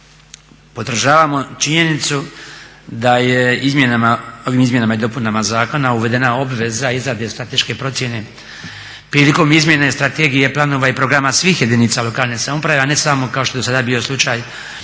Podržavamo činjenicu da je ovim izmjenama i dopunama zakona uvedena obveza izrade strateške procjene prilikom izmjene strategije planova i programa svih jedinica lokalne samouprave, a ne samo kao što je sada bio slučaj